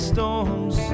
Storms